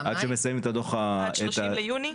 עד ה-30 ביוני?